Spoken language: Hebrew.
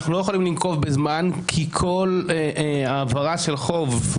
אנחנו לא יכולים לנקוב בזמן כי כל העברה של חוב,